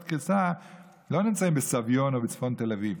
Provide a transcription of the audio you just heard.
קריסה לא נמצאים בסביון או בצפון תל אביב.